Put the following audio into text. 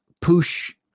push